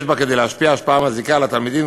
ופעילות שיש בה כדי להשפיע השפעה מזיקה על התלמידים,